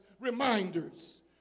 reminders